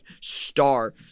star